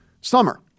summer